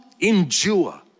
endure